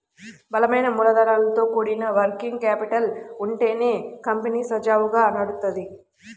బలమైన మూలాలతో కూడిన వర్కింగ్ క్యాపిటల్ ఉంటేనే కంపెనీ సజావుగా నడుత్తది